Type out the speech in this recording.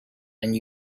and